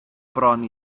bron